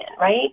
right